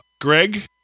Greg